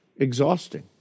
exhausting